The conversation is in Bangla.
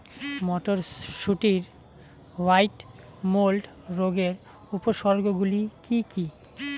মটরশুটির হোয়াইট মোল্ড রোগের উপসর্গগুলি কী কী?